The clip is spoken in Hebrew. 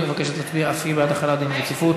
אנחנו עוברים להצבעה על החלת דין רציפות